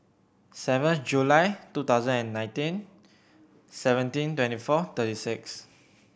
seventh July two thousand and nineteen seventeen twenty four thirty six